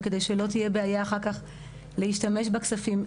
וכדי שלא תהיה בעיה אחר כך להשתמש בכספים,